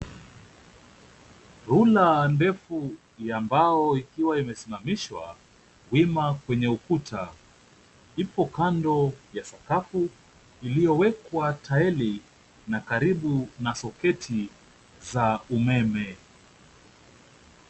Ruler ndefu ya mbao ikiwa imesimamishwa wima kwenye ukuta. Ipo kando ya sakafu iliyowekwa taili na karibu na soketi za umeme.